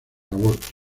aborto